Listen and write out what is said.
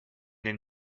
den